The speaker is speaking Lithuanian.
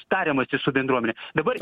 tariamasi su bendruomene dabar